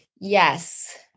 yes